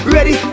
Ready